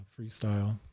freestyle